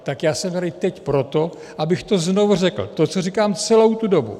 Tak já jsem tady teď proto, abych to znovu řekl, to, co říkám celou tu dobu.